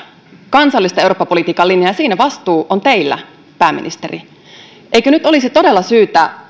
kansallista eurooppa politiikan linjaa ja siinä vastuu on teillä pääministeri eikö nyt olisi todella syytä